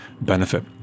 benefit